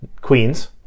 Queens